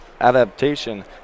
adaptation